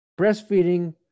breastfeeding